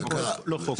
לא חוק,